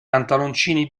pantaloncini